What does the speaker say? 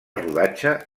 rodatge